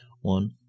one